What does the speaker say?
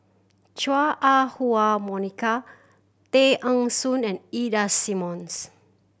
Chua Ah Huwa Monica Tay Eng Soon and Ida Simmons